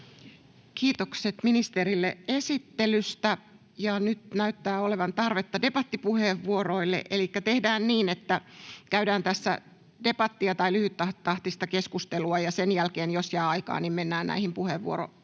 Kiitokset ministerille esittelystä. — Ja nyt näyttää olevan tarvetta debattipuheenvuoroille, elikkä tehdään niin, että käydään tässä debattia tai lyhyttahtista keskustelua ja sen jälkeen, jos jää aikaa, mennään näihin puheenvuoropyyntöihin.